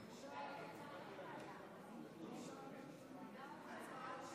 הצבעה